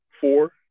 four